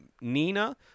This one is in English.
Nina